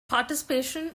participation